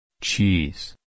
Cheese